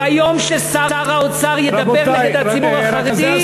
ביום ששר האוצר ידבר נגד הציבור החרדי,